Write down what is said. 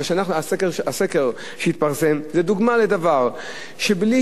הסקר שהתפרסם הוא דוגמה לדבר שבלי